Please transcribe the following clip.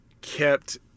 kept